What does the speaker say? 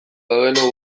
bagenu